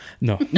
No